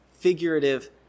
figurative